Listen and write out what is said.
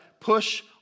push